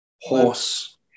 horse